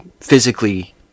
physically